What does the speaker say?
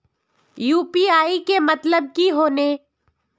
UPI के मतलब की होने?